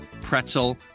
pretzel